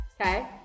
okay